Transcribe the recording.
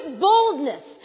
boldness